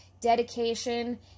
dedication